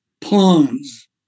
pawns